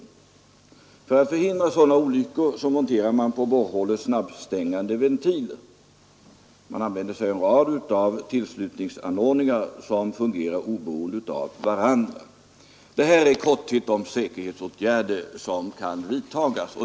För att förhindra sådana olyckor monterar man över borrhålet snabbstängande ventiler. Man använder sig av en rad tillslutningsanordningar som fungerar oberoende av varandra. Detta är i korthet de säkerhetsåtgärder som kan vidtas.